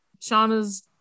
shauna's